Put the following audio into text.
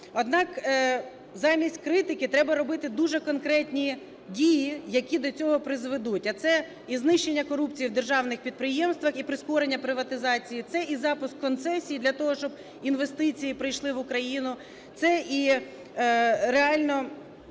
Однак, замість критики треба робити дуже конкретні дії, які до цього призведуть. А це і знищення корупції в державних підприємствах, і прискорення приватизації, це і запуск концесії для того, щоб інвестиції прийшли в Україну, це і реальна